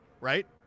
right